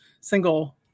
single